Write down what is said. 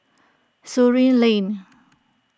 Surin Lane